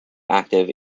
active